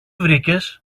βρήκες